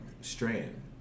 Strand